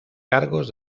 cargos